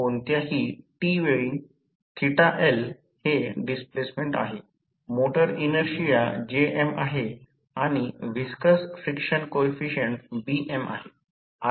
आणि जर उच्च व्होल्टेज वाइंडिंग 230 व्होल्ट वर पुरविला गेला असेल तर कमी व्होल्टेज वाइंडिंग सह कमी सर्किट कमी विद्युतदाब चालू असेल